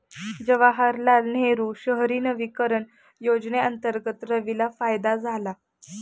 जवाहरलाल नेहरू शहरी नवीकरण योजनेअंतर्गत रवीला फायदा झाला